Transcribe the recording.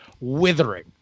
withering